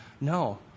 No